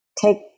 take